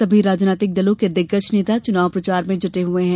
सभी राजनैतिक दलो के दिग्गज नेता चुनाव प्रचार में जुटे है